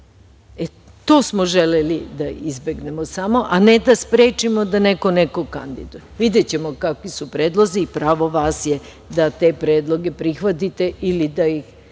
To smo želeli da izbegnemo samo, a ne da sprečimo da neko nekog kandiduje. Videćemo kakvi su predlozi, i pravo vas je da te predloge prihvatite ili da ih ne